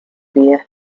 bear